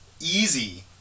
easy